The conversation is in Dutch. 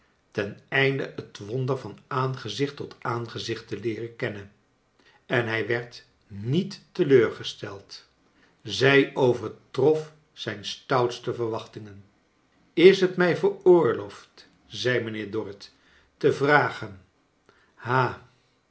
weduwnaar teneinde het wonder van aangezicht tot aangezicht te leeren kennen en hij werd niet teleurgesteld zij overtrof zijn stoutste verwachtingen is het mij veroorloofd zei mijnheer dorrit te vragen